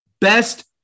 best